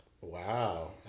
Wow